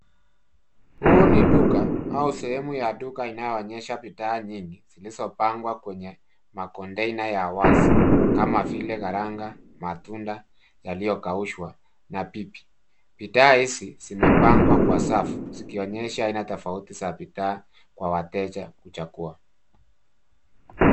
Huu ni duka au sehemu ya duka inayoonyesha bidhaa nyingi, zilizopangwa kwenye makontainer ya wazi, kama vile karanga, matunda yaliyo kaushwa, na pipi. Bidhaa hizi zimepangwa kwa safu, zikionyesha aina tofauti za bidhaa kwa wateja kuchagua.